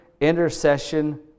intercession